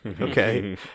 okay